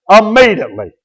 immediately